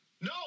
No